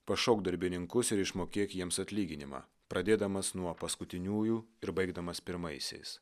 pašauk darbininkus ir išmokėk jiems atlyginimą pradėdamas nuo paskutiniųjų ir baigdamas pirmaisiais